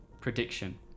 prediction